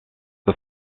the